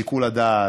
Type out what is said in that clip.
שיקול דעת,